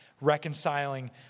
reconciling